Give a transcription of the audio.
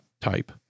type